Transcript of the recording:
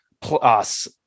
plus –